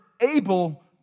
able